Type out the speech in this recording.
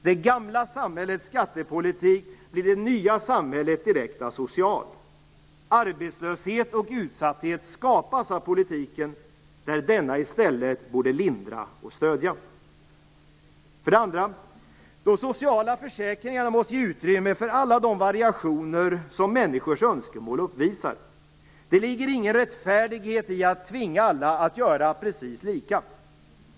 Det gamla samhällets skattepolitik blir i det nya samhället direkt asocial. Arbetslöshet och utsatthet skapas av politiken där denna i stället borde lindra och stödja. För det andra: De sociala försäkringarna måste ge utrymme för alla de variationer som människors önskemål uppvisar. Det ligger ingen rättfärdighet i att tvinga alla att göra precis lika.